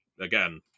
again